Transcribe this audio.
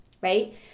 right